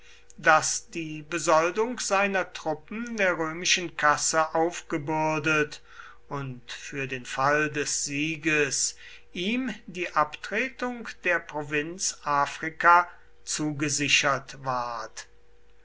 daß die besoldung seiner truppen der römischen kasse aufgebürdet und für den fall des sieges ihm die abtretung der provinz afrika zugesichert ward